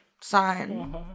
sign